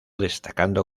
destacando